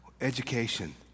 Education